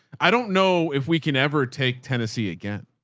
i don't know if we can ever take tennessee again.